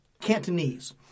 Cantonese